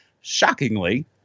Shockingly